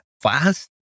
fast